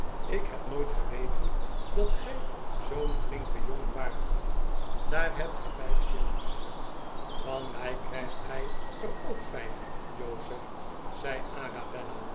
ik heb nooit geweten dat gij zoo'n flinke jongen waart daar hebt gij vijf shillings van mij krijgt gij er ook vijf jozef zei